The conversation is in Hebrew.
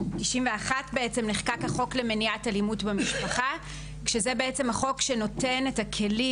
הוא החוק למניעת אלימות במשפחה שנחקק בשנת 1991. זה החוק שנותן את הכלים